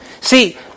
See